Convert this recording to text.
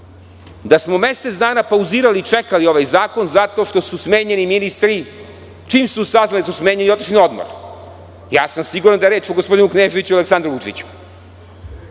da smo mesec dana pauzirali i čekali ovaj zakon zato što su smenjeni ministri i čim su saznali da su smenjeni otišli su na odmor. Siguran sam da je reč o gospodinu Kneževiću i Aleksandru Vučiću,